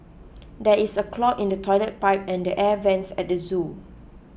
there is a clog in the Toilet Pipe and the Air Vents at the zoo